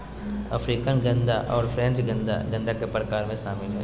African गेंदा और French गेंदा गेंदा के प्रकार में शामिल हइ